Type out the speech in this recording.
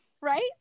Right